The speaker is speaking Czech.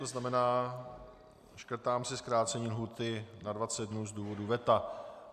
To znamená, škrtám si zkrácení lhůty na dvacet dnů z důvodu veta.